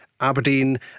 Aberdeen